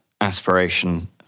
aspiration